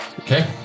Okay